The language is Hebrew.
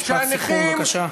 משפט סיכום בבקשה.